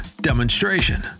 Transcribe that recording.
demonstration